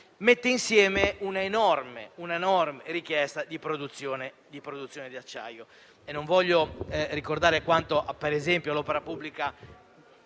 mette insieme un'enorme richiesta di produzione di acciaio.